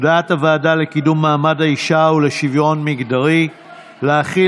הודעת הוועדה לקידום מעמד האישה ולשוויון מגדרי להחיל